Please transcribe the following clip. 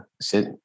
sit